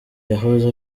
yahoze